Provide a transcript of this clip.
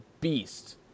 beast